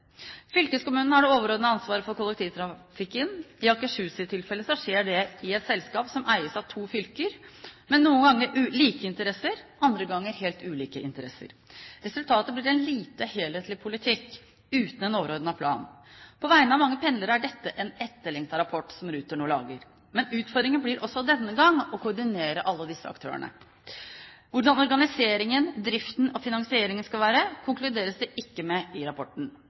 har det overordnede ansvaret for kollektivtrafikken. I Akershus’ tilfelle skjer det i et selskap som eies av to fylker, som noen ganger har like interesser, andre ganger helt ulike interesser. Resultatet blir en lite helhetlig politikk, uten en overordnet plan. På vegne av mange pendlere er det en etterlengtet rapport Ruter nå lager. Men utfordringen blir også denne gangen å koordinere alle disse aktørene. Hvordan organiseringen, driften og finansieringen skal være, konkluderes det ikke med i rapporten,